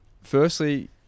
firstly